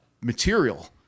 material